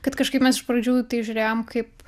kad kažkaip mes iš pradžių į tai žiūrėjom kaip